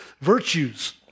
virtues